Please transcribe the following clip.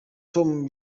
tom